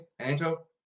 Angel